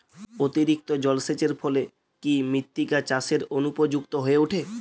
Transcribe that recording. অতিরিক্ত জলসেচের ফলে কি মৃত্তিকা চাষের অনুপযুক্ত হয়ে ওঠে?